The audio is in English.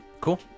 Cool